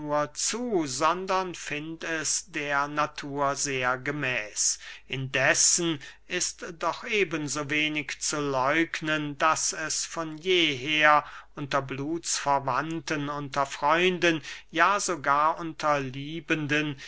zu sondern find es der natur sehr gemäß indessen ist doch eben so wenig zu läugnen daß es von jeher unter blutsverwandten unter freunden ja sogar unter liebenden